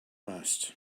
must